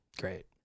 Great